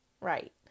right